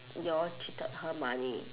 you all cheated her money